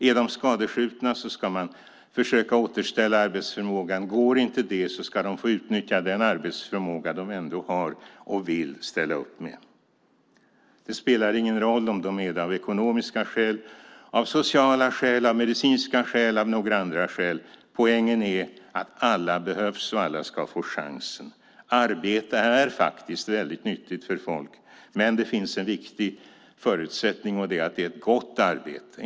Är de skadskjutna ska man försöka återställa arbetsförmågan. Går inte det ska de få utnyttja den arbetsförmåga de ändå har och vill ställa upp med. Det spelar ingen roll om det är av ekonomiska skäl, av sociala skäl, av medicinska skäl eller av några andra skäl. Poängen är att alla behövs, och alla ska få chansen. Arbete är faktiskt väldigt nyttigt för folk, men det finns en viktig förutsättning, och det är att det är ett gott arbete.